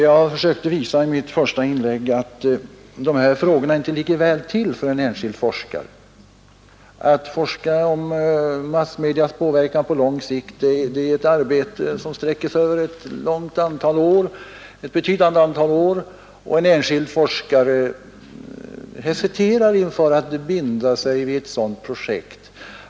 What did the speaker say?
Jag har i mitt första inlägg försökt visa att de här frågorna inte ligger väl till för en enskild forskare. Att forska om massmediernas påverkan på lång sikt är ett arbete som sträcker sig över ett betydande antal år, och en enskild forskare hesiterar inför att binda sig vid étt sådant projekt.